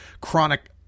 chronic